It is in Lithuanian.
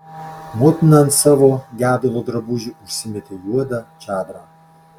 motina ant savo gedulo drabužių užsimetė juodą čadrą